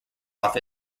off